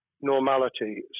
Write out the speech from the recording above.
normality